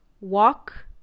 walk